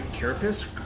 carapace